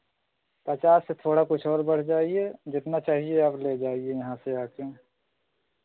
पचास से थोड़ा कुछ और बढ़ जाइए जितना चाहिए आप ले जाइए यहाँ से आके